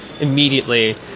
Immediately